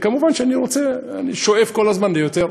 כמובן אני שואף כל הזמן ליותר.